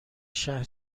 شهر